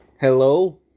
Hello